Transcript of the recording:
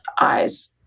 eyes